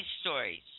stories